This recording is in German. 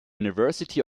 university